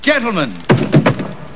Gentlemen